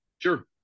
Sure